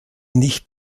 nicht